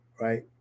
right